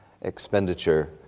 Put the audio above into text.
expenditure